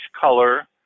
color